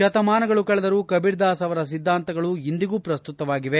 ಶತಮಾನಗಳು ಕಳೆದರೂ ಕಬೀರ್ದಾಸ್ ಅವರ ಸಿದ್ಧಾಂತಗಳು ಇಂದಿಗೂ ಪ್ರಸುತ್ತವಾಗಿವೆ